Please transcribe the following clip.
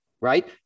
right